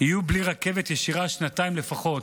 יהיו בלי רכבת ישירה שנתיים לפחות.